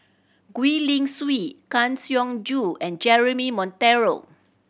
Gwee Li Sui Kang Siong Joo and Jeremy Monteiro